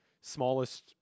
smallest